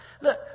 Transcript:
Look